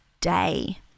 day